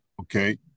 okay